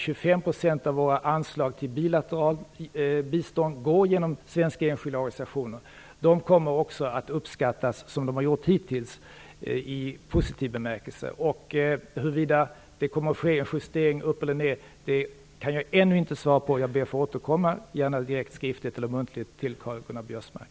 25 % av våra anslag till bilateralt bistånd går genom svenska enskilda organisationer, och de kommer att uppskattas som hittills i positiv bemärkelse. Huruvida det kommer att ske en justering uppåt eller nedåt kan jag ännu inte svara på, och jag ber att få återkomma, gärna direkt, skriftligt eller muntligt, till Karl-Göran Biörsmark.